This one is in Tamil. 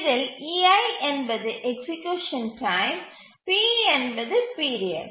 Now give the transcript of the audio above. இதில் e என்பது எக்சீக்யூசன் டைம் p என்பது பீரியட்